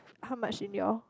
how much in your